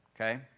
okay